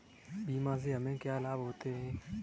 बीमा से हमे क्या क्या लाभ होते हैं?